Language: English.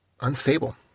unstable